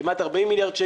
כמעט 40 מיליארד.